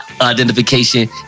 identification